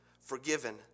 forgiven